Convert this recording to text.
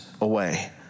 away